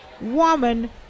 woman